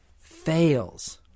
fails